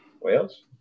Wales